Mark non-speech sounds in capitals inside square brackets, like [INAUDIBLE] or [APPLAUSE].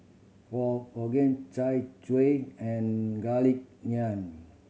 for [UNINTELLIGIBLE] chai [UNINTELLIGIBLE] and Garlic Naan